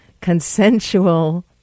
consensual